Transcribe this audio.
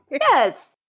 yes